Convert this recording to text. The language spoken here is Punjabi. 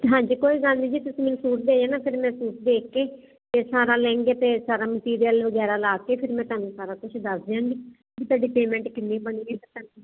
ਹਾਂਜੀ ਕੋਈ ਗੱਲ ਨਹੀਂ ਜੀ ਤੁਸੀਂ ਮੈਨੂੰ ਸੂਟ ਦੇ ਜਾਨਾ ਫਿਰ ਮੈਂ ਸੂਟ ਦੇਖ ਕੇ ਤੇ ਸਾਰਾ ਲਹਿੰਗੇ ਤੇ ਸਾਰਾ ਮਟੀਰੀਅਲ ਵਗੈਰਾ ਲਾ ਕੇ ਫਿਰ ਮੈਂ ਤੁਹਾਨੂੰ ਸਾਰਾ ਕੁਝ ਦੱਸ ਦਿਆਂਗੀ ਤੁਹਾਡੀ ਪੇਮੈਂਟ ਕਿੰਨੀ ਬਣੀ